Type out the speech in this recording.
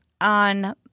on